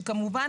שכמובן,